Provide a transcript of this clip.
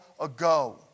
ago